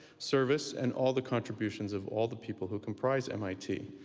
service, and all the contributions of all the people who comprise mit.